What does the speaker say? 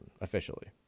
officially